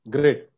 Great